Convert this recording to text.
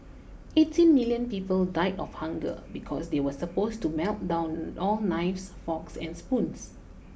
eighteen million people died of hunger because they were supposed to melt down all knives forks and spoons